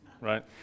right